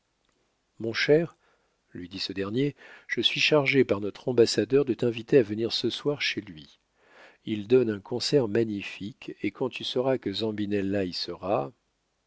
mon cher lui dit ce dernier je suis chargé par notre ambassadeur de t'inviter à venir ce soir chez lui il donne un concert magnifique et quand tu sauras que